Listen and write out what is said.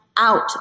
out